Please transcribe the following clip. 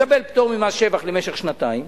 מקבל פטור ממס שבח למשך שנתיים,